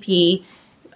p